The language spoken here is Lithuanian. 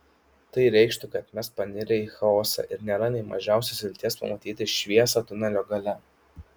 tai reikštų kad mes panirę į chaosą ir nėra nė mažiausios vilties pamatyti šviesą tunelio gale